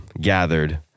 gathered